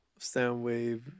Soundwave